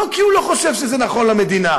לא כי הוא לא חושב שזה נכון למדינה,